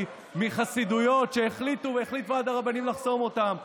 מחסידויות שהחליט ועד הרבנים לחסום אותן.